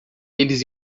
eles